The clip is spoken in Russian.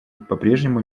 попрежнему